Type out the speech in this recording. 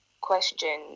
question